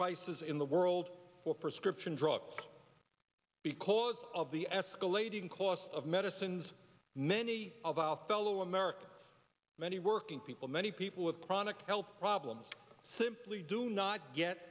prices in the world for prescription drugs because of the escalating cost of medicines many of our hello america many working people many people with chronic health problems simply do not get